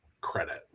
credit